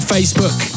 Facebook